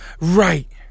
right